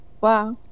Wow